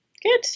Good